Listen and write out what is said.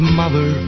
mother